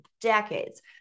decades